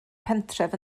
pentref